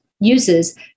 Uses